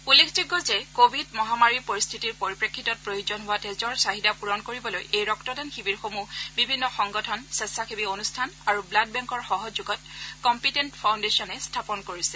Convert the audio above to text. উল্লেখযোগ্য যে কোৱিড মহামাৰীৰ পৰিস্থিতিৰ পৰিপ্ৰেক্ষিতত প্ৰয়োজন হোৱা তেজৰ চাহিদা পূৰণ কৰিবলৈ এই ৰক্তদান শিৱিৰসমূহ বিভিন্ন সংগঠন স্বেচ্ছাসেৱী অনুষ্ঠান আৰু ৱাড বেংকৰ সহযোগত কম্পিটেণ্ট ফাউণ্ডেচনে স্থাপন কৰিছে